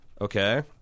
Okay